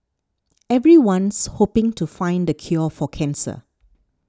everyone's hoping to find the cure for cancer